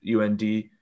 UND